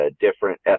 different